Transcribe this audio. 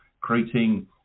creating